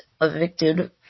evicted